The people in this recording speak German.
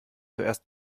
zuerst